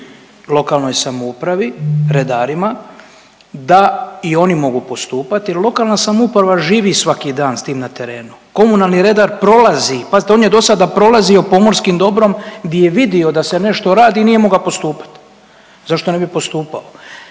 lokalnoj samoupravi, redarima da i oni mogu postupati jel lokalna samouprava živi svaki dan s tim na terenu. Komunalni redar prolazi pazite on je do sada prolazio pomorskim dobrom gdje je vidio da se nešto radi nije mogao postupat. Zašto ne bi postupao?